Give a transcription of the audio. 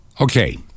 Okay